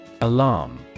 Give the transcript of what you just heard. Alarm